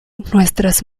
nuestras